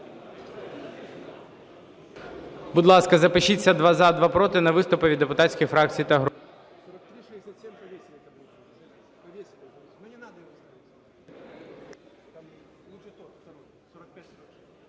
Будь ласка, запишіться: два – за, два – проти на виступи від депутатських фракцій та груп.